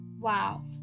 Wow